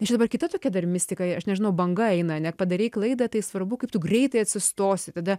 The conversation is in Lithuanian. nes čia dabar kita tokia dar mistika aš nežinau banga eina ane padarei klaidą tai svarbu kaip tu greitai atsistosi tada